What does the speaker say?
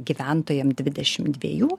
gyventojam dvidešim dviejų